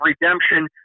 redemption